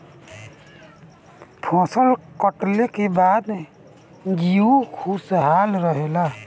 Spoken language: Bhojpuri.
फसल कटले के बाद जीउ खुशहाल रहेला